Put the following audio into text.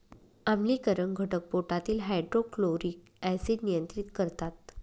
आम्लीकरण घटक पोटातील हायड्रोक्लोरिक ऍसिड नियंत्रित करतात